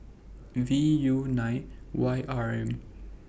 V U nine Y R M